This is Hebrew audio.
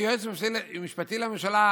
כיועץ המשפטי לממשלה,